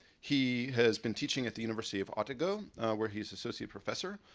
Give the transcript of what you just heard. he has been teaching at the university of otago where he's associate professor